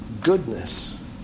Goodness